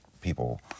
people